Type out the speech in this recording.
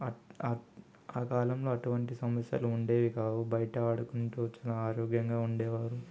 ఆ ఆట్ ఆ కాలంలో అలాంటి సమస్యలు ఉండేవికావు బయట ఆడుకుంటు చాలా ఆరోగ్యంగా ఉండేవారు